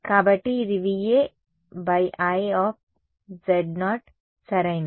కాబట్టి ఇది V aI సరైనది